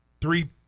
three